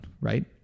right